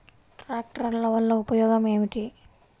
ట్రాక్టర్ల వల్ల ఉపయోగం ఏమిటీ?